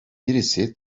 birisi